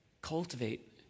Cultivate